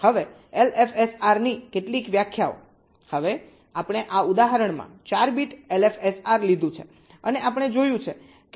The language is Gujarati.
હવે LFSR ની કેટલીક વ્યાખ્યાઓ હવે આપણે આ ઉદાહરણમાં 4 બીટ એલએફએસઆર લીધું છે અને આપણે જોયું છે કે આપણે 15 પેટર્ન નિર્માણ કરી છે